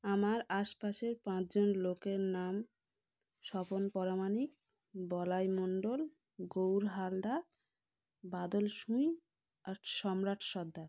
আমার আশপাশের পাঁচজন লোকের নাম স্বপন পরামানিক বলাই মন্ডল গৌড় হালদার বাদল সুঁই আর সম্রাট সর্দার